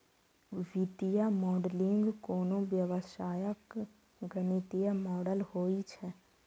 वित्तीय मॉडलिंग कोनो व्यवसायक गणितीय मॉडल होइ छै